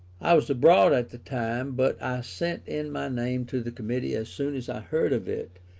i was abroad at the time, but i sent in my name to the committee as soon as i heard of it,